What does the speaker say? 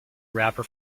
wrapper